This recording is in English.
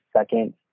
second